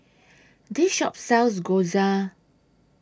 This Shop sells Gyoza